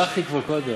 בירכתי כבר קודם,